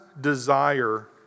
desire